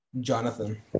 Jonathan